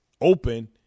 open